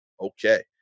Okay